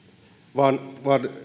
vaan